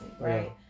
Right